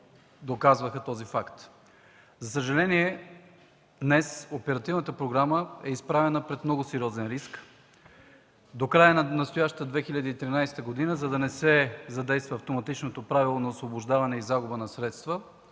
За съжаление, днес оперативната програма е изправена пред много сериозен риск. До края на настоящата 2013 г., за да не се задейства автоматичното правило на освобождаване и загуба на средства